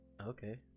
Okay